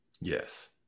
yes